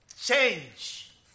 change